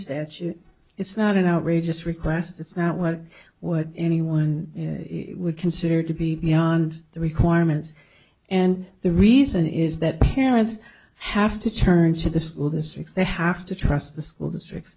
statute it's not an outrageous request it's not what would any one would consider to be beyond the requirements and the reason is that parents have to turn to the school districts they have to trust the school district